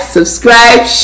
Subscribe